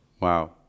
Wow